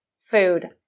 food